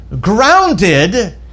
grounded